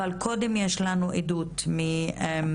אבל קודם יש לנו עדות מאישה,